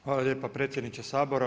Hvala lijepa predsjedniče Sabora.